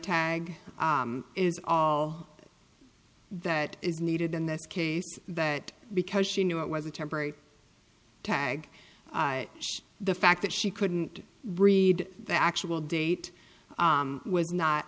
tag is all that is needed in this case that because she knew it was a temporary tag the fact that she couldn't read the actual date was not